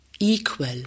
Equal